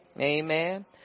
Amen